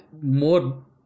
more